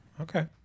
okay